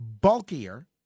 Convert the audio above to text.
bulkier